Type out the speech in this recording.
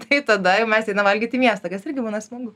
tai tada jau mes einam valgyt į miestą kas irgi būna smagu